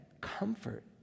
comfort